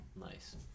Nice